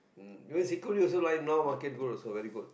mm security also right now market good also very good